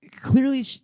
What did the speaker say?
clearly